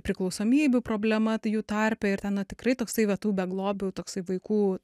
priklausomybių problema tai jų tarpe ir ten na tikrai toksai va tų beglobių toksai vaikų